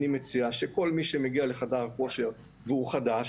אני מציע שכל מי שמגיע לחדר כושר והוא חדש,